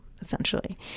essentially